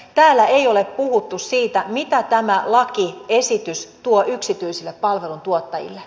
täällä ei ole puhuttu siitä mitä tämä lakiesitys tuo yksityisille palveluntuottajille